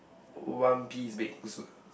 one piece bathing suit